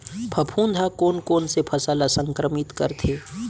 फफूंद ह कोन कोन से फसल ल संक्रमित करथे?